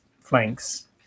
flanks